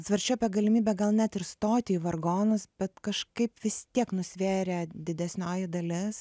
svarsčiau apie galimybę gal net ir stoti į vargonus bet kažkaip vis tiek nusvėrė didesnioji dalis